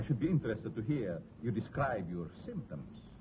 i should be interested to hear you describe your symptoms